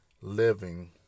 living